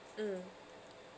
mm